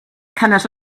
cannot